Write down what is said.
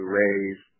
raise